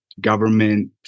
Government